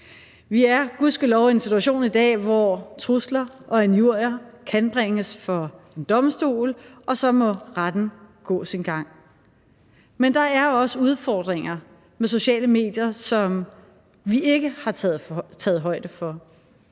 Vi er gudskelov i en situation i dag, hvor trusler og injurier kan bringes for en domstol, og så må retten gå sin gang. Men der er også udfordringer ved sociale medier, som vi ikke har taget højde for.